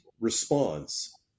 response